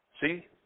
See